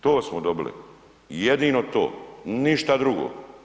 To smo dobili, jedino to, ništa drugo.